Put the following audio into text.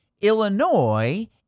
Illinois